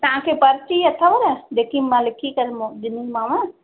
तव्हांखे पर्ची अथव न जेकी मां लिखी करे मो ॾिनीमांव